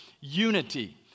unity